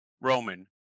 Roman